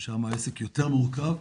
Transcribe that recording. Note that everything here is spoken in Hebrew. ששם העסק יותר מורכב,